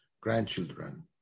grandchildren